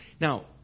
Now